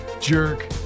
jerk